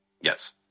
yes